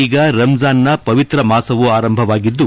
ಈಗ ರಂಜಾನ್ನ ಪವಿತ್ರ ಮಾಸವು ಆರಂಭವಾಗಿದ್ದು